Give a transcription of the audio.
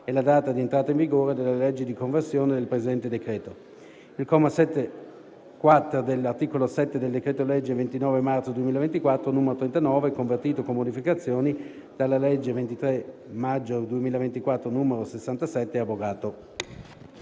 e la data di entrata in vigore della legge di conversione del presente decreto. Il comma 7-*quater* dell'articolo 7 del decreto-legge 29 marzo 2024, n. 39, convertito, con modificazioni, dalla legge 23 maggio 2024, n. 67, è abrogato.».